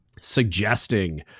suggesting